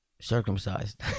circumcised